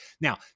Now